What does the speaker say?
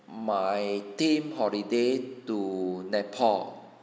my team holiday to nepal